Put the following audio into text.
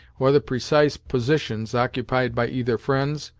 or the precise positions occupied by either friends,